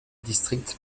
district